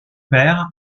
père